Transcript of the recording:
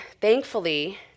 thankfully